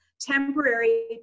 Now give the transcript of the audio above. temporary